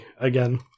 again